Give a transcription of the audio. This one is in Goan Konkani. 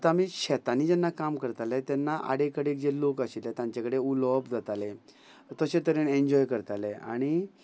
आतां आमी शेतांनी जेन्ना काम करताले तेन्ना आडे आडेक जे लोक आशिल्ले तांचे कडेन उलोवप जाताले तशे तरेन एन्जॉय करताले आणी